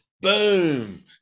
boom